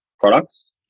products